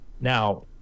Now